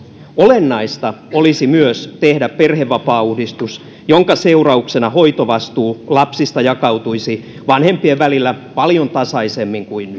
olennaista olisi myös tehdä perhevapaauudistus jonka seurauksena hoitovastuu lapsista jakautuisi vanhempien välillä paljon tasaisemmin kuin